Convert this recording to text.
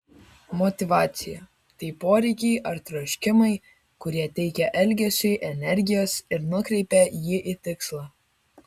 motyvacija tai poreikiai ar troškimai kurie teikia elgesiui energijos ir nukreipia jį į tikslą